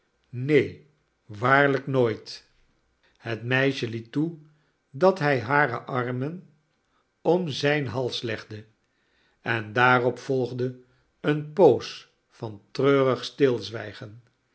neen waarlijk nooit het meisje liet toe dat hij hare armen om zijn hals legde en daarop volgde eene poos van treurig stilzwijgen